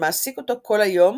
שמעסיק אותו כל היום